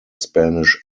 spanish